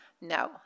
No